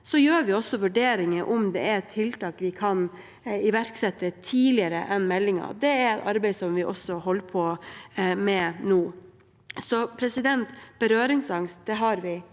Vi gjør også vurderinger av om det er tiltak vi kan iverksette tidligere enn meldingen. Det er et arbeid som vi også holder på med nå – så berøringsangst har vi